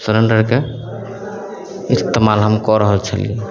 सिलेण्डरके इस्तेमाल हम कऽ रहल छलिए